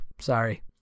sorry